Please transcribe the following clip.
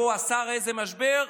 שהוא השר "איזה משבר?